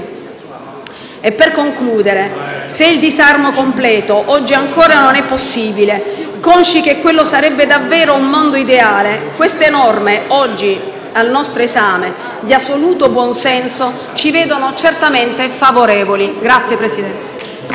E, per concludere, se il disarmo completo oggi ancora non è possibile, consci che quello sarebbe davvero un mondo ideale, queste norme oggi al nostro esame, di assoluto buonsenso, ci vedono certamente favorevoli. *(Applausi